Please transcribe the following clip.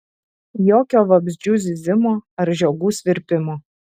jokio vabzdžių zyzimo ar žiogų svirpimo